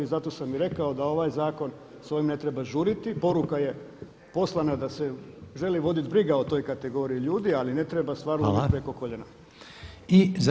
Zato sam i rekao da ovaj zakon, s ovim ne treba žuriti, poruka je poslana da se želi voditi briga o toj kategoriji ljudi ali ne treba stvar uvoditi preko koljena.